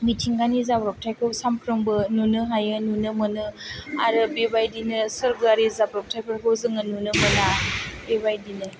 मिथिंगानि जाब्रबथाइखौ सामफ्रामबो नुनो हायो नुनो मोनो आरो बेबायदिनो सोरगोआरि जाब्रबथायफोरखौ जोङो नुनो मोना बेबायदिनो